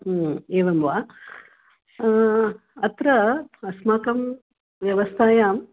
एवं वा अत्र अस्माकं व्यवस्थायाम्